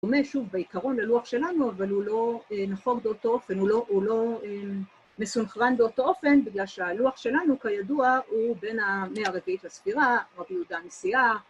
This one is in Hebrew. ‫שוב בעיקרון ללוח שלנו, ‫אבל הוא לא נכון באותו אופן, ‫הוא לא מסונכרן באותו אופן, ‫בגלל שהלוח שלנו, כידוע, ‫הוא בין המאה הרביעית לספירה, ‫רבי יהודה נשיאה